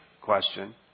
question